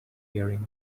wearing